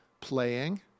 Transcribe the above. playing